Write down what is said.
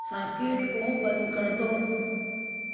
socket को बंद कर दो